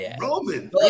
Roman